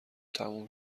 تموم